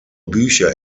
bücher